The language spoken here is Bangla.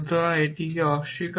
সুতরাং এটা কি অস্বীকার